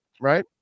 right